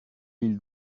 l’île